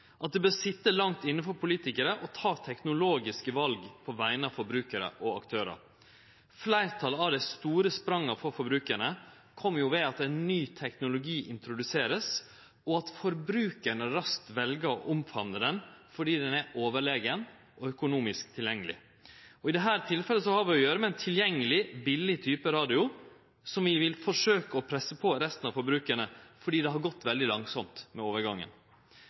at det bør sitje langt inne for politikarar å ta teknologiske val på vegner av forbrukarar og aktørar. Dei fleste av dei store spranga for forbrukarane kjem ved at ein ny teknologi vert introdusert, og at forbrukarane raskt vel å omfamne han fordi han er overlegen og økonomisk tilgjengeleg. I dette tilfellet har vi å gjere med ein tilgjengelig og billeg type radio som vi vil forsøke å presse på resten av forbrukarane fordi det har gått veldig langsamt med overgangen.